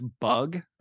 bug